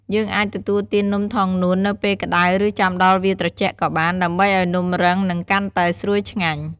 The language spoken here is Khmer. យើងអាចទទួលទាននំថងនួននៅពេលក្តៅ ឬចាំដល់វាត្រជាក់ក៏បាន ដើម្បីឱ្យនំរឹង និងកាន់តែស្រួយឆ្ងាញ់។